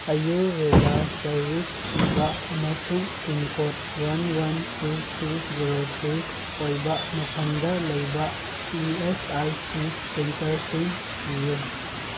Ayurveda service ꯄꯤꯕ ꯑꯃꯁꯨꯡ pin code one one two three zero three ꯑꯣꯏꯕ ꯃꯐꯝꯗ ꯂꯩꯕ ꯏꯤ ꯑꯦꯁ ꯑꯥꯏ ꯁꯤ ꯁꯦꯟꯇꯔꯁꯤꯡ ꯊꯤꯌꯨ